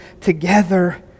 together